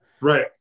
Right